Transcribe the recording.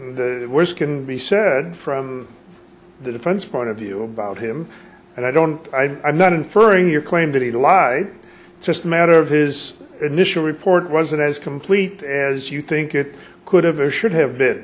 think can be said from the defense point of view about him and i don't i not inferring your claim that he lied just a matter of his initial report wasn't as complete as you think it could have a should have been